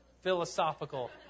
philosophical